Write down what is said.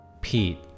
Pete